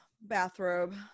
bathrobe